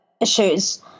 issues